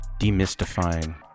demystifying